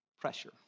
pressure